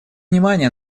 внимание